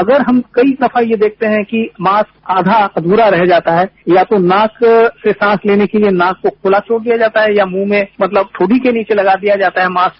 अगर हम कई दफा ये देखते है कि मास्क आधा अधूरा रह जाता है या तो मास्क से सांस लेने के लिए नाक को खुला छोड़ दिया जाता है या मुंह में मतलब ठोडी के नीचे लगा दिया जाता है मास्क